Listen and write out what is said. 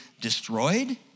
destroyed